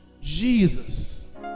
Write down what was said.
Jesus